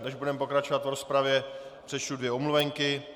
Než budeme pokračovat v rozpravě, přečtu dvě omluvenky.